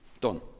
Done